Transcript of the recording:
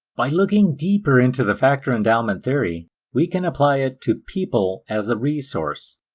by looking deeper into the factor-endowment theory we can apply it to people as a resource.